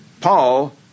Paul